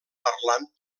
parlant